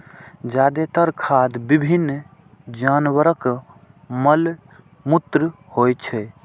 जादेतर खाद विभिन्न जानवरक मल मूत्र होइ छै